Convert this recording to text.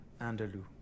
andalou